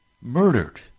murdered